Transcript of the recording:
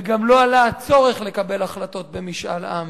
וגם לא עלה הצורך לקבל החלטות במשאל עם,